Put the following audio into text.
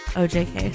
ojk